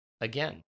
again